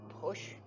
push